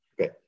Okay